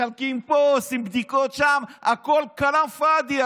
מחלקים פה, עושים בדיקות שם, הכול כלאם פאדי.